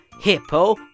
Hippo